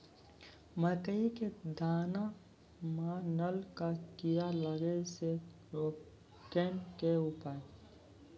मकई के दाना मां नल का कीड़ा लागे से रोकने के उपाय?